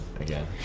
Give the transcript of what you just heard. again